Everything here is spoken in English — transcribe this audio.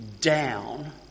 down